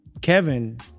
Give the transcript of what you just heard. Kevin